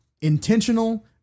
intentional